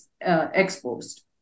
exposed